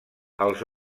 els